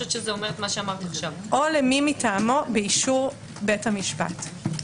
"או למי מטעמו באישור בית המשפט".